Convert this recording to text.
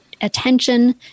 attention